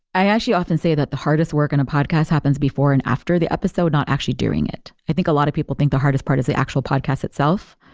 i actually often say that the hardest work in a podcast happens before and after the episode, not actually during it. i think a lot of people think the hardest part is the actual podcast itself,